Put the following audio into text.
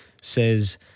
Says